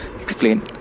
Explain